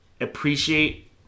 appreciate